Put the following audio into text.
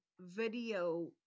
video